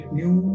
new